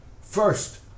First